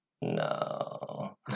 no